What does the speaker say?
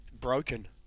broken